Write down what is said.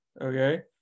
okay